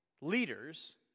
leaders